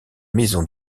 maison